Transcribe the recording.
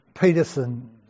Peterson